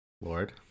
Lord